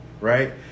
Right